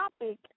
topic